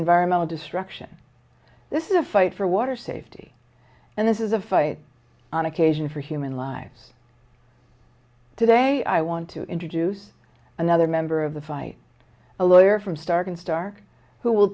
environmental destruction this is a fight for water safety and this is a fight on occasion for human lives today i want to introduce another member of the fight a lawyer from stark and stark who will